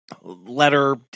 letter